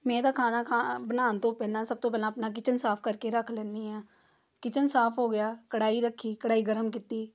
ਮੈਂ ਤਾਂ ਖਾਣਾ ਖਾ ਬਣਾਉਣ ਤੋਂ ਪਹਿਲਾਂ ਸਭ ਤੋਂ ਪਹਿਲਾਂ ਆਪਣਾ ਕਿਚਨ ਸਾਫ ਕਰਕੇ ਰੱਖ ਲੈਂਦੀ ਹਾਂ ਕਿਚਨ ਸਾਫ ਹੋ ਗਿਆ ਕੜਾਹੀ ਰੱਖੀ ਕੜਾਹੀ ਗਰਮ ਕੀਤੀ